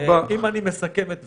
אם אני מסכם את דבריי,